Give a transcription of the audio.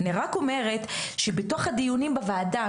אני רק אומרת שבתוך הדיונים בוועדה,